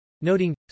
noting